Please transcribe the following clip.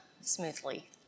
smoothly